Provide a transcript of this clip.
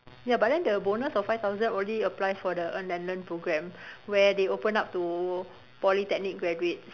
ya but then the bonus of five thousand already applied for the earn and learn program where they open up to Polytechnic graduates